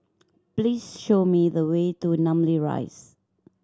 please show me the way to Namly Rise